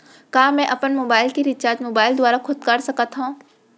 का मैं अपन मोबाइल के रिचार्ज मोबाइल दुवारा खुद कर सकत हव?